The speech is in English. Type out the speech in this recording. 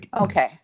Okay